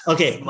Okay